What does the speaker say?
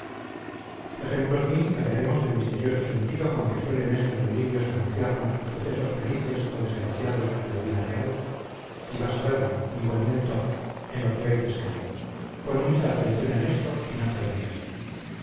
ejemplos mil hallaremos del misterioso sentido con que suelen estos delirios anunciarnos sucesos felices o desgraciados de la vida real y vas a verlo mi buen mentor en lo que hoy te escribo pon mucha atención en esto y no te rías